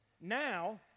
Now